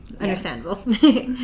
Understandable